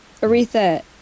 Aretha